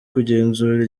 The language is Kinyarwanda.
kugenzura